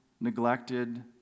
neglected